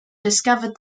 discovered